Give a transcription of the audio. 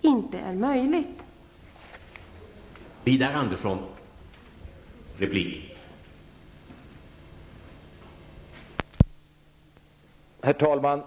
inte är möjligt att välja.